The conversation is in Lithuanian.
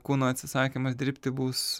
kūno atsisakymas dirbti bus